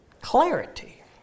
clarity